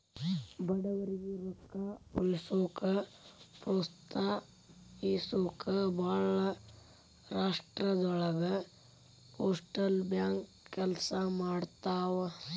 ಬಡವರಿಗಿ ರೊಕ್ಕ ಉಳಿಸೋಕ ಪ್ರೋತ್ಸಹಿಸೊಕ ಭಾಳ್ ರಾಷ್ಟ್ರದೊಳಗ ಪೋಸ್ಟಲ್ ಬ್ಯಾಂಕ್ ಕೆಲ್ಸ ಮಾಡ್ತವಾ